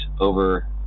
over